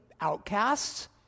outcasts